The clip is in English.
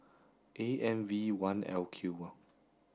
A M V one L Q